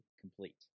complete